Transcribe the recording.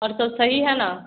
अरे तो सही है ना